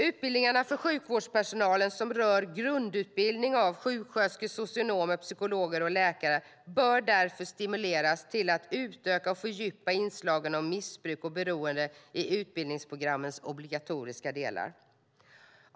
Utbildningarna för sjukvårdspersonal som rör grundutbildning av sjuksköterskor, socionomer, psykologer och läkare bör därför stimuleras till att utöka och fördjupa inslagen om missbruk och beroende i utbildningsprogrammens obligatoriska delar. Fru talman!